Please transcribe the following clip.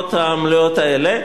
השורות המלאות האלה.